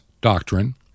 doctrine